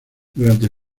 durante